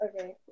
okay